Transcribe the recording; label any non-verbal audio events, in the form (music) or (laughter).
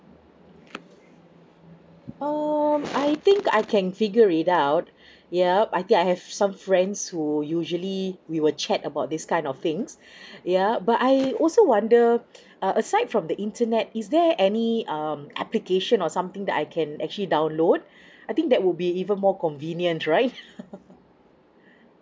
um I think I can figure it out yup I think I have some friends who usually we will chat about these kind of things yeah but I also wonder uh aside from the internet is there any um application or something that I can actually download I think that will be even more convenient right (laughs)